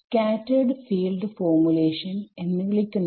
scattered field formulation എന്ന് വിളിക്കുന്നത്